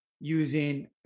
using